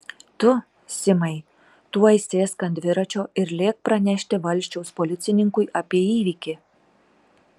tu simai tuoj sėsk ant dviračio ir lėk pranešti valsčiaus policininkui apie įvykį